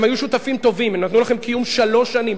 הם היו שותפים טובים ונתנו לכם קיום שלוש שנים,